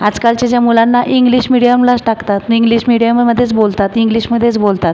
आजकालचे ज्या मुलांना इंग्लिश मिडियमलाच टाकतात इंग्लिश मिडियमममध्येच बोलतात इंग्लिशमध्येच बोलतात